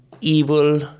evil